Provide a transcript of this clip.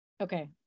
Okay